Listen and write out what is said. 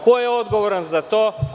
Ko je odgovoran za to?